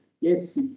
yes